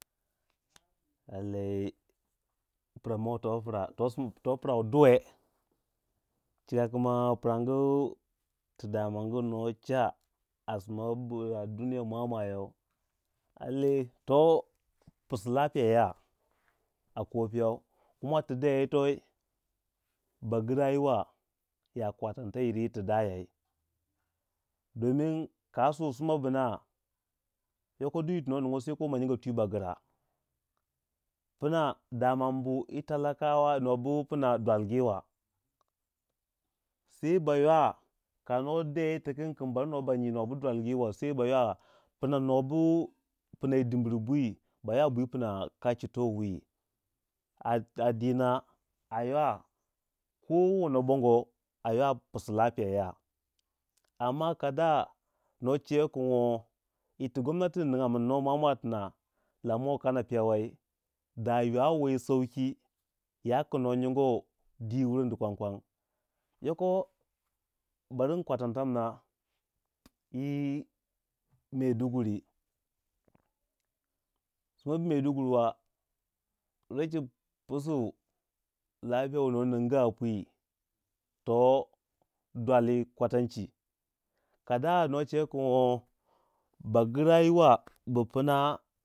Lallai pra ma wu to pra wu duwe chika ki ma paramgu tu damangu nuwa cha? a sima bu a dunia mwa mwa yau lallai to pisu lafiya a kopiau kuma tu de yitoi ba gra yiwa ya kwatantata yir yitu dayei dingin kasu sima bina yoko duk yitu nuwa ning wei saiko ma nyingu twi ba gra pna damambu ma yi talakawa nobu pna dwalgi wa sai ba ywa kano dei itiking kin bar no ba nyi nobu dwalgi wa sai ba ywa pna nobu pnayi dimr bwi, ba ywa bwi pna kaci towi a dina a ywa ko wono bongo a ywa psiu lafiya ya amma kada no cewei kin wo ti gomnati niga min nuwa mwamwa tina lamo kana piyau wei da ywawei yi sauki ya kuno nyingou di wuroni kwankwang yoko barin kwatantanma yi maiduguri, sma bu maiduguri wa raci psiu lafiya wuno nungu a pwi to dwal kwatanci, kadaya no cekin wo bagrayirwa bu pna.